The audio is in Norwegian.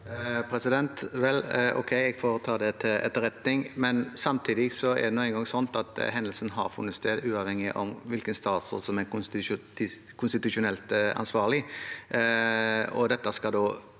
Ok, jeg får ta det til etterretning. Samtidig er det nå engang slik at hendelsen har funnet sted, uavhengig av hvilken statsråd som er konstitusjonelt ansvarlig, og dette skal da